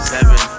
Seven